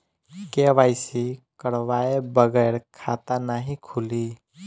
KYC करवाये बगैर खाता नाही खुली?